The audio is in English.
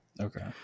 Okay